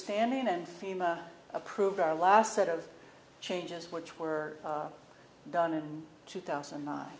standing and fema approved our last set of changes which were done in two thousand